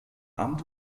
amt